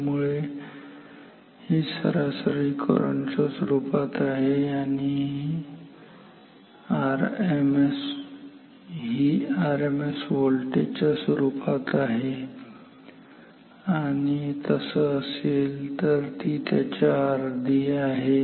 त्यामुळे ही सरासरी करंट च्या स्वरूपात आहे आणि ही आरएमएस व्होल्टेज च्या स्वरूपात आहे आणि तसं असेल तर ती त्याच्या अर्धी आहे